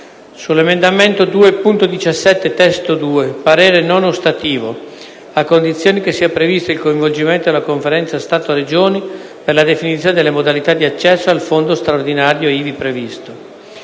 sull’emendamento 2.17 (testo 2) parere non ostativo, a condizione che sia previsto il coinvolgimento della Conferenza Stato-Regioni per la definizione delle modalita di accesso al Fondo straordinario ivi previsto;